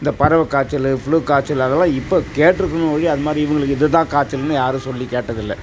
இந்த பறவ காய்ச்சலு ஃப்ளூ காய்ச்சல் அதெல்லாம் இப்போ கேட்டுருக்கேன் ஒழிய அதுமாதிரி இவங்களுக்கு இதுதான் காய்ச்சல்னு யாரும் சொல்லி கேட்டதில்ல